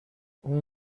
اون